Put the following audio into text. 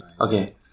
Okay